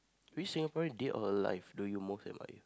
which Singaporean dead or alive do you most admire